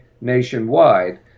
nationwide